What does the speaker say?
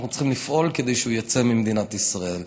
אנחנו צריכים לפעול כדי שהוא יצא ממדינת ישראל.